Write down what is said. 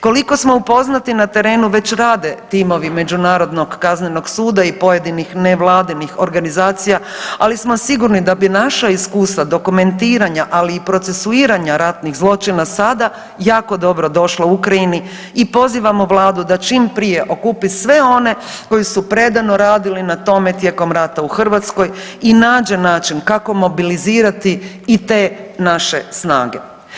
Koliko smo upoznati na terenu već rade timovi Međunarodnog kaznenog suda i pojedinih nevladinih organizacija, ali smo sigurni da bi naša iskustva dokumentiranja, ali i procesuiranja ratnih zločina sada jako dobro došla Ukrajini i pozivamo vlado da čim prije okupi sve one koji su predano radili na tome tijekom rata u Hrvatskoj i nađe način kako mobilizirati i te naše snage.